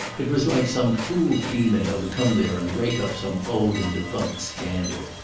it was like some fool female to come there and rake up some old and defunct scandal.